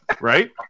Right